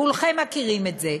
כולכם מכירים את זה.